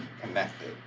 connected